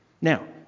Now